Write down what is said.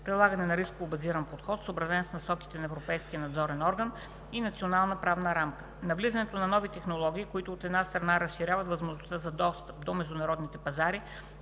прилагане на рисково-базирания подход, съобразен с насоките на Европейския надзорен орган и националната правна рамка; навлизането на нови технологии, които, от една страна, разширяват възможностите за достъп до международните пазари,